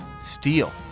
steel